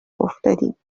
افتادیم